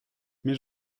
mais